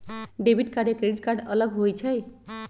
Debit card या credit card अलग होईछ ई?